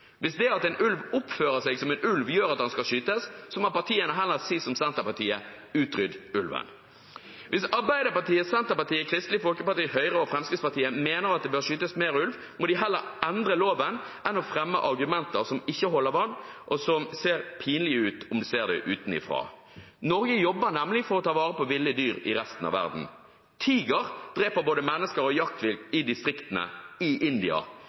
Hvis det at en ulv oppfører seg som en ulv, gjør at den skal skytes, må partiene heller si som Senterpartiet: Utrydd ulven. Hvis Arbeiderpartiet, Senterpartiet, Kristelig Folkeparti, Høyre og Fremskrittspartiet mener at det bør skytes mer ulv, må de heller endre loven enn å fremme argumenter som ikke holder vann, og som ser pinlige ut om man ser dem utenifra. Norge jobber nemlig for å ta vare på ville dyr i resten av verden. Tiger dreper både mennesker og jaktvilt i distriktene i India.